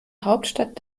hauptstadt